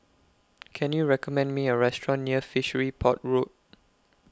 Can YOU recommend Me A Restaurant near Fishery Port Road